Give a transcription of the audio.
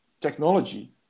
technology